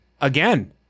again